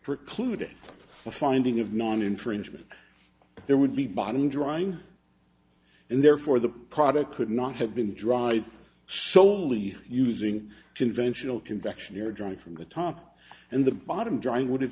precluded a finding of non infringement there would be bottom drying and therefore the product could not have been dried soley using conventional convection your drive from the top and the bottom drying would have